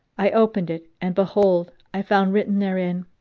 i opened it and behold, i found written therein,